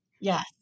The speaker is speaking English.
Yes